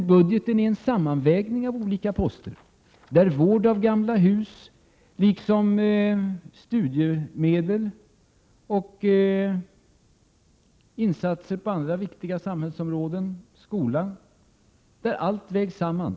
Budgeten är en sammanvägning av olika poster, där vård av gamla hus liksom studiemedel och insatser på andra viktiga samhällsområden, t.ex. skolan, ingår. Allt detta har vägts samman.